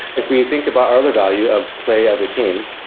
if we think about other value of play as a team,